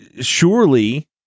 Surely